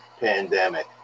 pandemic